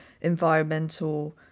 environmental